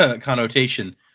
connotation